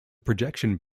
projection